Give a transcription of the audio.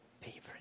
Favorite